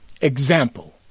Example